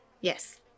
Yes